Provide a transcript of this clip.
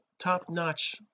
top-notch